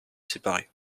séparer